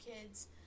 kids